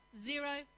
zero